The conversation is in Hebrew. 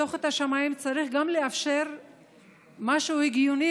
לפתוח את השמיים צריך גם לאפשר משהו הגיוני,